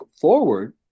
forward